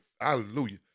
Hallelujah